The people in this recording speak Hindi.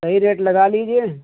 सही रेट लगा लीजिये